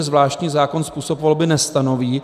Zvláštní zákon způsob volby nestanoví.